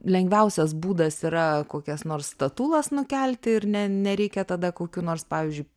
lengviausias būdas yra kokias nors statulas nukelti ir ne nereikia tada kokių nors pavyzdžiui